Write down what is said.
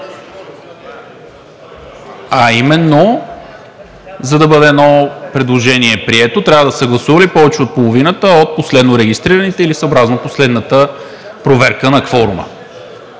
а именно: за да бъде едно предложение прието, трябва да са гласували повече от половината от последно регистрираните или съобразно последната проверка на кворума.